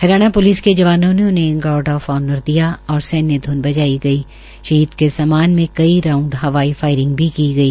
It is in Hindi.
हरियाणा प्लिस के जवानों ने उन्हें गार्ड आफ आनर दिया और सैन्य ध्न बजाई गई शहीद के सम्मान में कई राउंड हवाई फायरिंग भी की गई